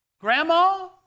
Grandma